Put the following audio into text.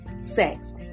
sex